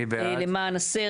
למען הסר